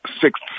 six